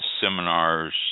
seminars